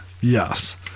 Yes